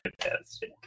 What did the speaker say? fantastic